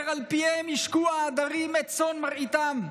על פיהם ישקו העדרים את צאן מרעיתם,